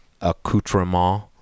accoutrement